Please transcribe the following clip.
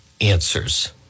answers